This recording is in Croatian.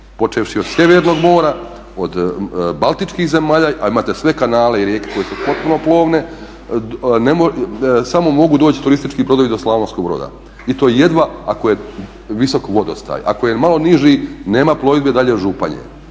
počevši od Sjevernog mora, od Baltičkih zemalja, a imate sve kanale i rijeke koje su potpuno plovne, samo mogu doći turistički brodovi do Slavonskog Broda. I to jedva ako je visok vodostaj. Ako je malo niži nema plovidbe dalje od Županje.